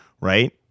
right